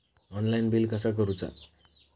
Online bill कसा करुचा?